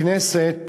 הכנסת